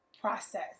process